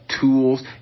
Tools